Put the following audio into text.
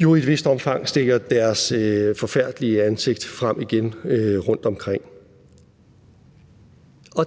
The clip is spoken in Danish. jo i et vist omfang stikker deres forfærdelige ansigt frem igen rundtomkring. Og